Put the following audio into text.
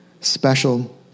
special